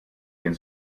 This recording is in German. denn